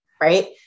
Right